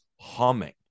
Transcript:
humming